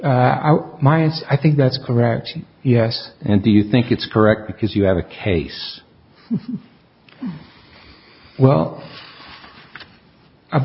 miles i think that's correction yes and do you think it's correct because you have a case well i'm